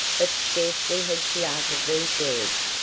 but scarcely had she uttered these words,